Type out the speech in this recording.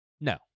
No